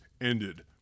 ended